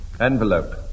Envelope